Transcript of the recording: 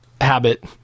habit